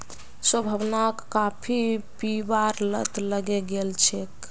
संभावनाक काफी पीबार लत लगे गेल छेक